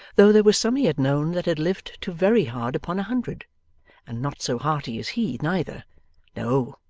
though there was some he had known that had lived to very hard upon a hundred and not so hearty as he, neither no,